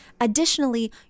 additionally